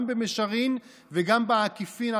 גם במישרין וגם בעקיפין,